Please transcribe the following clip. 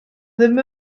ddim